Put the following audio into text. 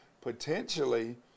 potentially –